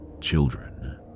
children